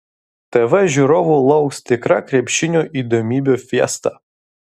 tv žiūrovų lauks tikra krepšinio įdomybių fiesta